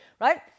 right